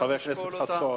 חבר הכנסת חסון.